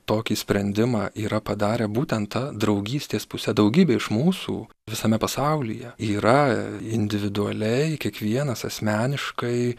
tokį sprendimą yra padarę būtent ta draugystės puse daugybė iš mūsų visame pasaulyje yra individualiai kiekvienas asmeniškai